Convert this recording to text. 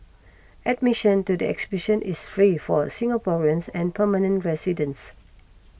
admission to the exhibition is free for Singaporeans and permanent residents